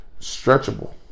Stretchable